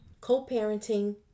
Co-parenting